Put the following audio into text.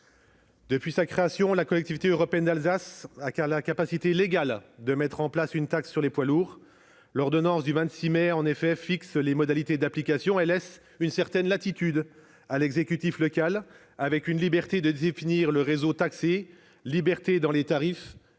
Depuis sa création, la Collectivité européenne d'Alsace a la capacité légale de mettre en place une taxe sur les poids lourds, l'ordonnance du 26 mai 2021 en fixant les modalités d'application et laissant une certaine latitude à l'exécutif local, avec une liberté de définir le réseau taxé, les tarifs